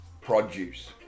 produce